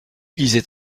lisait